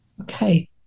Okay